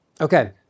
Okay